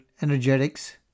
energetics